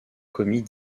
commis